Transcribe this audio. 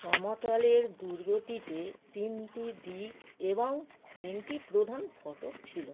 সমতলের দুর্গটিতে তিনটি দিক এবং তিনটি প্রধান ফটক ছিল